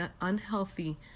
unhealthy